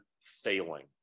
failing